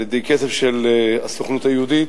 בכסף של הסוכנות היהודית,